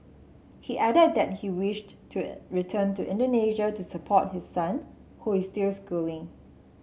he added that he wished to return to Indonesia to support his son who is still schooling